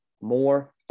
more